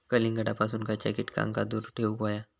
कलिंगडापासून खयच्या कीटकांका दूर ठेवूक व्हया?